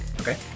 Okay